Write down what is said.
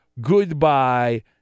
Goodbye